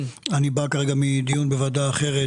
אני בא כרגע מדיון בוועדה אחרת,